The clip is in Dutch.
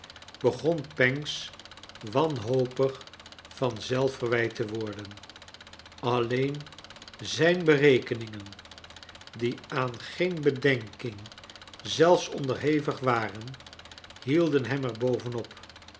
begon pancks wanhopig van zelfverwijt te worden alleen zijn bereningen die aan geen bedenking zelfs onderhevig waren hielden hem er boven